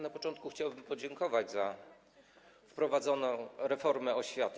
Na początku chciałbym podziękować za wprowadzoną reformę oświaty.